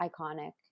iconic